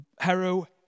Hero